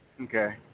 Okay